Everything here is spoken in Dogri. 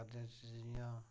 ब्याहें कारजें च जियां